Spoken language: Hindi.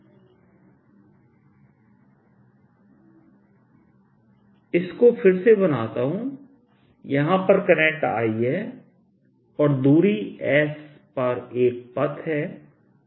स्कूल फिर से बनाता हूं यहां पर करंट I है और दूरी s पर एक पथ है